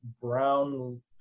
brown